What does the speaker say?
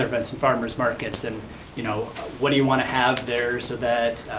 events in farmer's markets and you know what do you wanna have there so that,